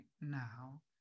now